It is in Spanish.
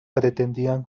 pretendían